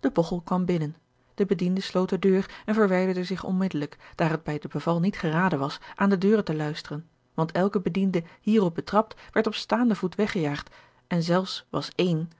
de bogchel kwam binnen de bediende sloot de deur en verwijderde zich onmiddellijk daar het bij de beval niet geraden was aan de deuren te luisteren want elke bediende hierop betrapt werd op staande voet weggejaagd en zelfs was één